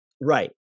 right